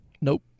Nope